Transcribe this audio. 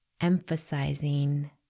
emphasizing